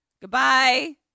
Goodbye